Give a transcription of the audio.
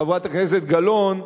חברת הכנסת גלאון,